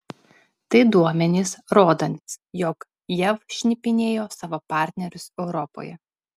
tai duomenys rodantys jog jav šnipinėjo savo partnerius europoje